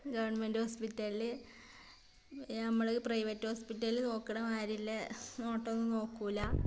government ഹോസ്പിറ്റലൽ നമ്മൾ private hospital നോക്കണത് മാരില്ല നോട്ടൊന്നും നോക്കില്ല